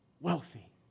Wealthy